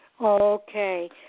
Okay